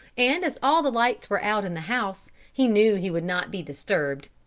and as all the lights were out in the house, he knew he would not be disturbed,